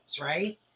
right